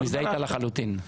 אני מזדהה איתה לחלוטין.